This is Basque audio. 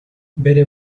bere